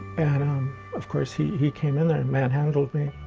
and um of course he, he came in there and manhandled me,